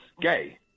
gay